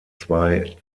zwei